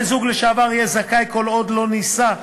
בן-הזוג לשעבר יהיה זכאי, כל עוד לא נישא,